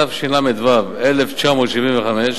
התשל"ו 1975,